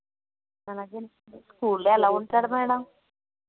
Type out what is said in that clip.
స్కూల్లో ఎలా ఉంటాడు మేడం